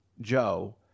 Joe